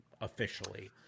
officially